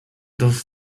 does